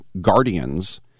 Guardians